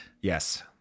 Yes